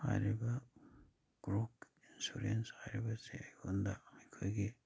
ꯍꯥꯏꯔꯤꯕ crop insurance ꯍꯥꯏꯕꯁꯦ ꯑꯩꯉꯣꯟꯗ ꯑꯩꯈꯣꯏꯒꯤ